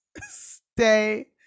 stay